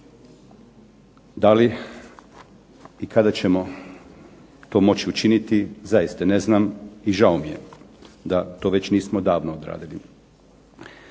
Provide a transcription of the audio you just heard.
Da li i kada ćemo to moći učiniti zaista ne znam, i žao mi je da to već nismo odavno odradili.